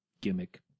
gimmick